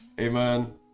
Amen